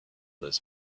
this